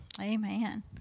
Amen